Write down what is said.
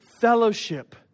fellowship